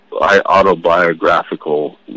autobiographical